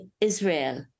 Israel